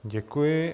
Děkuji.